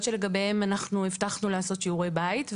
שלגביהן אנחנו הבטחנו לעשות שיעורי בית,